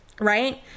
Right